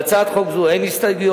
להצעת חוק זו אין הסתייגויות,